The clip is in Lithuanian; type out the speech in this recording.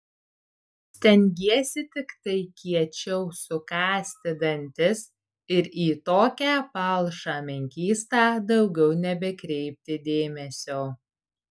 stengiesi tiktai kiečiau sukąsti dantis ir į tokią palšą menkystą daugiau nebekreipti dėmesio